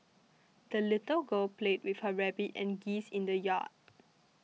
the little girl played with her rabbit and geese in the yard